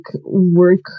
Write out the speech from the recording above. work